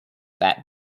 that